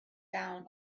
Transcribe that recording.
down